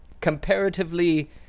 comparatively